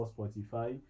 Spotify